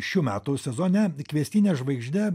šių metų sezone kviestine žvaigžde